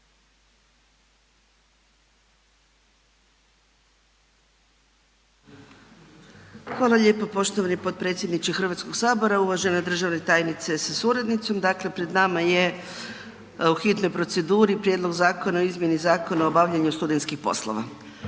Hvala lijepo poštovani potpredsjedniče Hrvatskog sabora. Uvažena državna tajnice sa suradnicom dakle pred nama je u hitnoj proceduri Prijedlog Zakona o izmjeni Zakona o obavljanju studentskih poslova.